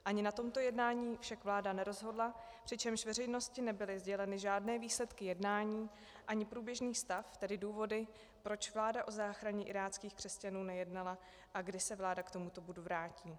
Ani na tomto jednání však vláda nerozhodla, přičemž veřejnosti nebyly sděleny žádné výsledky jednání ani průběžný stav, tedy důvody, proč vláda o záchraně iráckých křesťanů nejednala a kdy se vláda k tomuto bodu vrátí.